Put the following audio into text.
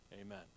Amen